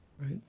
Right